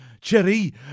cherry